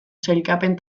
sailkapen